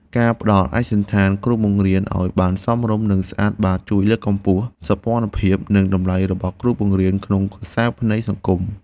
ការផ្តល់ឯកសណ្ឋានគ្រូបង្រៀនឱ្យបានសមរម្យនិងស្អាតបាតជួយលើកកម្ពស់សោភ័ណភាពនិងតម្លៃរបស់គ្រូបង្រៀនក្នុងក្រសែភ្នែកសង្គម។